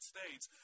States